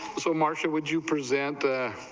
so martian would you present the